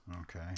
okay